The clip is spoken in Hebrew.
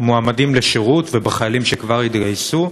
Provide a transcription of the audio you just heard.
במועמדים לשרות ובחיילים שכבר התגייסו,